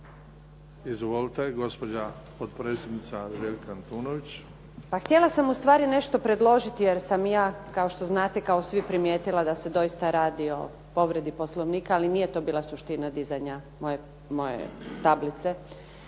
Izvolite. Gospođa potpredsjednica Željka Antunović.